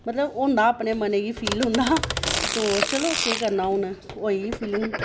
मतलब होंदा अपने मनै गी फील होंदा तो चलो केह् करना हून चलो होई फीलिंग